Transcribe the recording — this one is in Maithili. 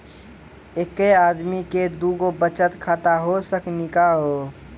एके आदमी के दू गो बचत खाता हो सकनी का हो?